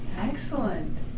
Excellent